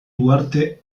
uharte